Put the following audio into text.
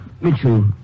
Mitchell